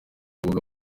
rubuga